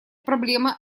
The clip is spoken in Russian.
проблема